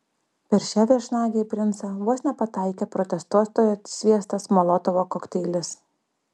per šią viešnagę į princą vos nepataikė protestuotojo sviestas molotovo kokteilis